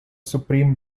supreme